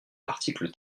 l’article